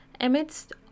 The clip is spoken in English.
Amidst